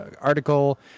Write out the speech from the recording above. article